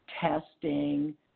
testing